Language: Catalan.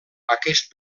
aquest